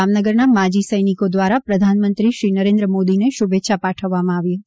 જામનગરના માજી સૈનિકો દ્વારા પ્રધાનમંત્રી શ્રી નરેન્દ્ર મોદીને શુભેચ્છા પાઠવી હતી